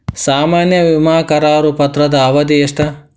ಸಾಮಾನ್ಯ ವಿಮಾ ಕರಾರು ಪತ್ರದ ಅವಧಿ ಎಷ್ಟ?